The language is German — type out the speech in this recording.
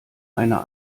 einer